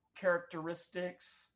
characteristics